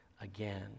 again